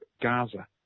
Gaza